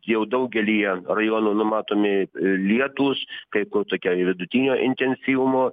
jau daugelyje rajonų numatomi lietūs kai kur tokio ir vidutinio intensyvumo